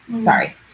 sorry